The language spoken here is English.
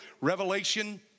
Revelation